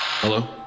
Hello